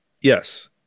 Yes